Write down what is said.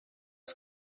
jag